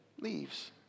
leaves